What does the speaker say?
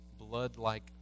blood-like